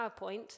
PowerPoint